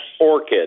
orchid